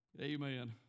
Amen